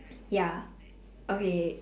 ya okay